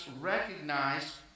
recognize